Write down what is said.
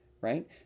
right